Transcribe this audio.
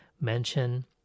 Mention